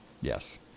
Yes